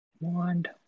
wand